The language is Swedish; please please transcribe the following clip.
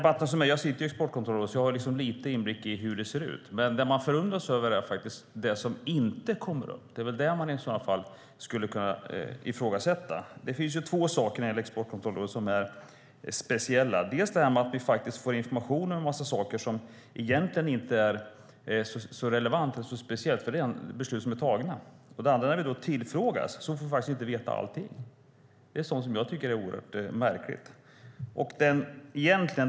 Jag sitter i Exportkontrollrådet så jag har lite inblick i hur det ser ut. Men det som man förundras över är det som inte kommer upp. Det är det som man skulle kunna ifrågasätta. Det finns två saker när det gäller Exportkontrollrådet som är speciella. Dels får vi information om en massa saker som egentligen inte är så relevanta, för det är beslut som är fattade, dels får vi inte veta allting när vi ställer frågor. Det är sådant som jag tycker är oerhört märkligt.